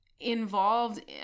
involved